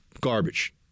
garbage